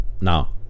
now